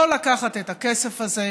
לא לקחת את הכסף הזה.